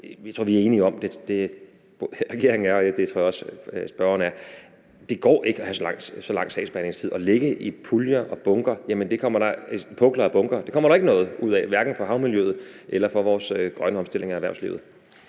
Jeg tror, vi er enige om det, altså regeringen og jeg, og det tror jeg også spørgeren er. Det går ikke at have så lang sagsbehandlingstid; at ligge i pukler og bunker kommer der ikke noget ud af, hverken for havmiljøet eller for vores grønne omstilling af erhvervslivet.